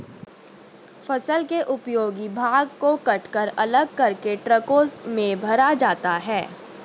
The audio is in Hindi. फसल के उपयोगी भाग को कटकर अलग करके ट्रकों में भरा जाता है